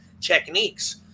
techniques